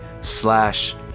slash